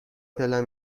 دلم